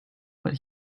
but